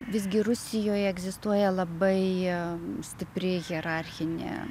visgi rusijoje egzistuoja labai stipri hierarchinė